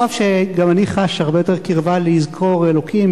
אף שגם אני חש הרבה יותר קרבה ל"יזכור אלוקים",